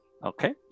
Okay